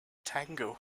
tango